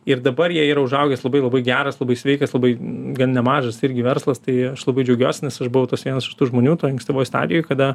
ir dabar jie yra užaugęs labai labai geras labai sveikas labai gan nemažas irgi verslas tai aš labai džiaugiuosi nes aš buvau tas vienas iš tų žmonių toj ankstyvoj stadijoj kada